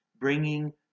bringing